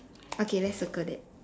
okay let's circle that